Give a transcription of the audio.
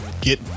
get